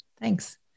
thanks